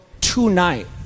tonight